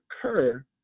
occur